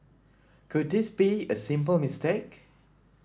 could this be a simple mistake